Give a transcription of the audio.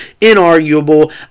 inarguable